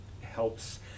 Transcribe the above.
helps